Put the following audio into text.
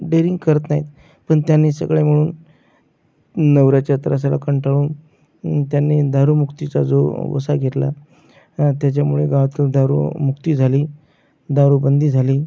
daring करत नाईत पन त्यांनी सगळ्या मिळून नवऱ्याच्या त्रासाला कंटाळून त्यांनी दारुरूमुक्तीचा जो वसा घेतला त्याच्यामुळे गावातं दारूमुक्ती झाली दारूबंदी झाली